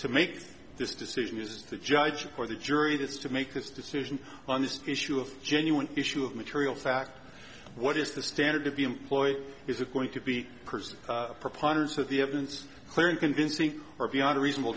to make this decision is the judge or the jury that is to make this decision on this issue of genuine issue of material fact what is the standard to be employed is it going to be a person preponderance of the evidence clear and convincing or beyond a reasonable